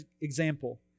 example